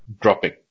Dropping